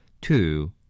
two